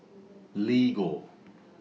Lego